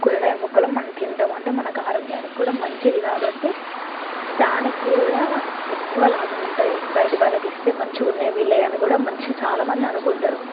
కూరగాయ మొక్కలను మనం తింటం అంటే మనకి ఆరోగ్యానికి మంచిది కాబట్టి దానికి కూడా ఎక్కువ లాభం ఉంటది బయటి వాళ్ళకిస్తే మంచిగున్నాయి వీళ్ళవి అని కూడా మంచి చాలా మంది అనుకుంటారు